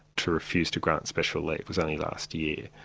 to refuse to grant special leave, was only last year.